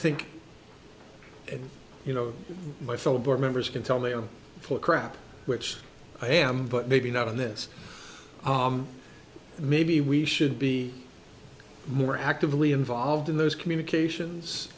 think and you know my fellow board members can tell me i'm full of crap which i am but maybe not on this maybe we should be more actively involved in those communications